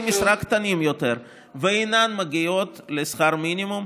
משרה קטנים יותר ואינן מגיעות לשכר מינימום,